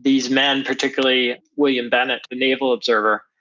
these men particularly william bennet, a naval observer,